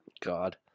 God